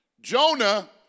Jonah